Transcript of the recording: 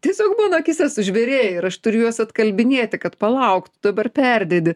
tiesiog mano akyse sužvėrėję ir aš turiu juos atkalbinėti kad palauk dabar perdedi